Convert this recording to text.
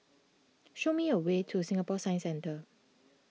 show me the way to Singapore Science Centre